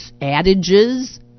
adages